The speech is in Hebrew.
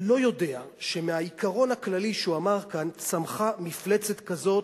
לא יודע שמהעיקרון הכללי שהוא אמר כאן צמחה מפלצת כזאת,